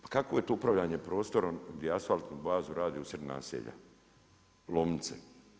Pa kakvo je to upravljanje prostorom gdje asfaltnu bazu rade usred naselja Lomnice?